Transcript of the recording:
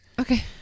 Okay